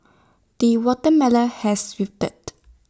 the watermelon has ripened